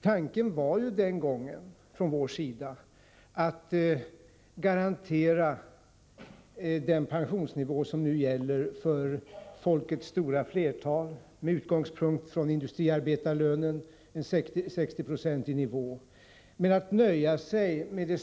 Centerns linje i ATP-frågan var att garantera en pensionsnivå för folkets stora flertal med utgångspunkt i en 60-procentig nivå av industriarbetarlönen.